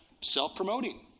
self-promoting